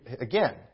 again